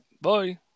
Bye